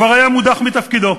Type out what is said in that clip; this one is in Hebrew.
כבר היה מודח מתפקידו.